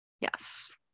Yes